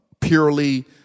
purely